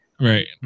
Right